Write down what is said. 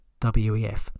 wef